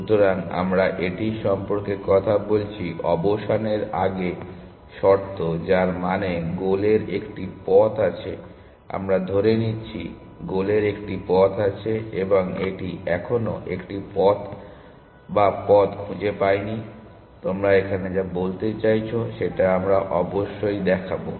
সুতরাং আমরা এটি সম্পর্কে কথা বলছি অবসানের আগে শর্ত যার মানে গোলের একটি পথ আছে আমরা ধরে নিচ্ছি গোলের একটি পথ আছে এবং এটি এখনও একটি পথ বা পথ খুঁজে পায়নি তোমরা এখানে যা বলতে চাইছো সেটা আমরা অবশ্যই দেখাব